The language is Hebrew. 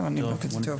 אני אבדוק את זה.